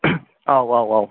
औ औ औ